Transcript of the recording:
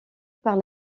par